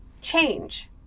change